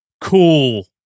Cool